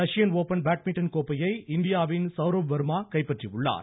Russian Open badminton கோப்பையை இந்தியாவின் சௌரப் வர்மா கைப்பற்றியுள்ளார்